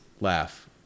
Laugh